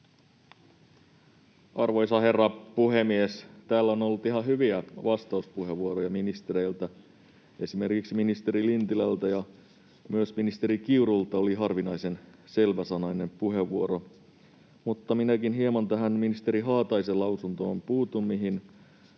Arvoisa herra puhemies! Täällä on ollut ihan hyviä vastauspuheenvuoroja ministereiltä. Esimerkiksi ministeri Lintilältä ja myös ministeri Kiurulta oli harvinaisen selväsanainen puheenvuoro, mutta minäkin hieman puutun tähän ministeri Haataisen lausuntoon, mihin